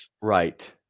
Right